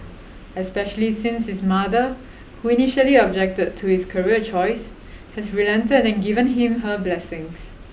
especially since his mother who initially objected to his career choice has relented and given him her blessings